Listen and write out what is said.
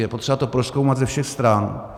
Je potřeba to prozkoumat ze všech stran.